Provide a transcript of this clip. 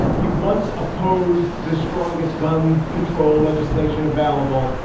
he once opposed the strongest gun control legislation available.